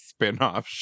spinoff